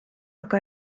aga